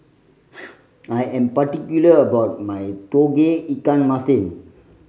I am particular about my Tauge Ikan Masin